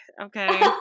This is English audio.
Okay